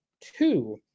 two